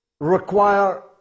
require